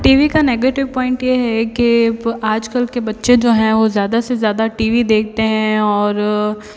T V का negative point ये है कि आजकल के बच्चे जो हैं वो ज़्यादा से ज़्यादा टी वी देखते हैं और